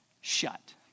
shut